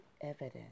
evidence